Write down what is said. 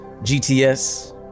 GTS